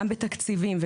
גם בתקציבים,